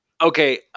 okay